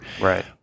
right